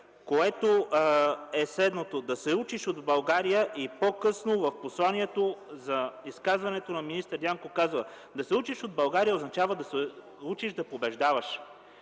което е следното: „Да се учиш от България”. По-нататък в посланието за изказването на министър Дянков, се казва: „Да се учиш от България, означава да се учиш да побеждаваш!”